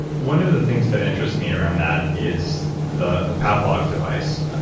one of the things that interests me around that is the the pavlok device,